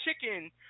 chicken